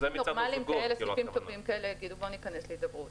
סעיפים טובים כאלה יגידו: בואו ניכנס להידברות.